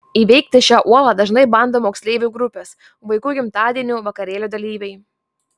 įveikti šią uolą dažnai bando moksleivių grupės vaikų gimtadienių vakarėlių dalyviai